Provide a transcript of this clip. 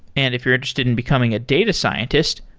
and if you're interested in becoming a data scientist,